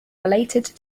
related